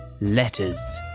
letters